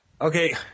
Okay